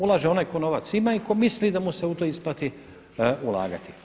Ulaže onaj tko novac ima i tko misli da mu se u to isplati ulagati.